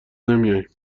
نمیایم